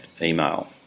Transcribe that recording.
email